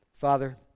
Father